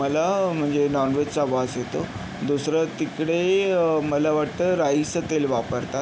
मला म्हणजे नॉनव्हेजचा वास येतो दुसरं तिकडे मला वाटतं राईचं तेल वापरतात